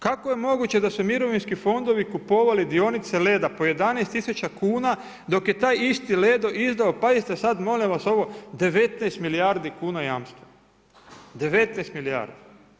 Kako je moguće da mirovinski fondovi kupovali dionice Leda po 11000 kn, dok je taj isti Ledo izdao, pazite sad, molim vas ovo, 19 milijardi kuna jamstva, 19 milijardi.